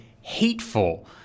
hateful